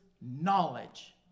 knowledge